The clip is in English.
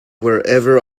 wherever